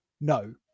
No